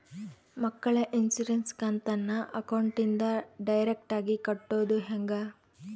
ಮಕ್ಕಳ ಇನ್ಸುರೆನ್ಸ್ ಕಂತನ್ನ ಅಕೌಂಟಿಂದ ಡೈರೆಕ್ಟಾಗಿ ಕಟ್ಟೋದು ಹೆಂಗ?